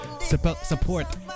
support